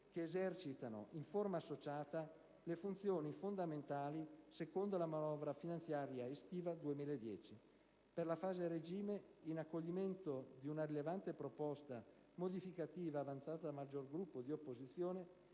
che esercitano in forma associata le funzioni fondamentali secondo la manovra finanziaria estiva 2010. Per la fase a regime, in accoglimento di una rilevante proposta modificativa avanzata dal maggior Gruppo di opposizione,